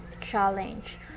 challenge